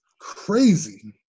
crazy